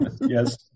Yes